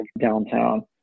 downtown